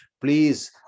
please